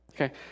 Okay